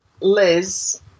Liz